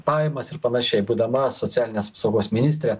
pajamas ir panašiai būdama socialinės apsaugos ministrė